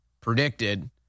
predicted